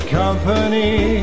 company